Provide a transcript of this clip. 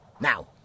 Now